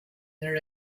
their